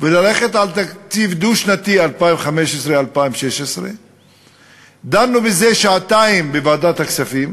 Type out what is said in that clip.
וללכת על תקציב דו-שנתי 2016-2015. דנו בזה שעתיים בוועדת הכספים